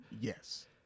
Yes